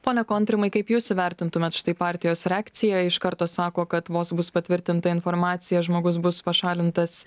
pone kontrimai kaip jūs įvertintumėt štai partijos reakciją iš karto sako kad vos bus patvirtinta informacija žmogus bus pašalintas